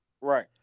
Right